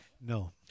No